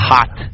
Hot